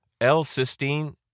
L-cysteine